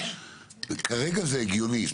כרגע זה הגיוני,